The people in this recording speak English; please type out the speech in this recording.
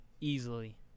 easily